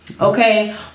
Okay